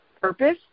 purpose